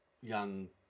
young